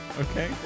okay